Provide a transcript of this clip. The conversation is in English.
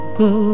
go